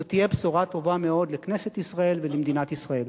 זו תהיה בשורה טובה מאוד לכנסת ישראל ולמדינת ישראל.